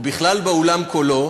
או בכלל בעולם כולו,